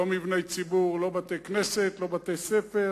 לא מבני ציבור, לא בתי-כנסת, לא בתי-ספר,